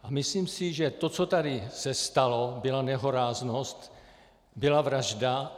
A myslím si, že to, co tady se stalo, byla nehoráznost, byla vražda.